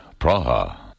Praha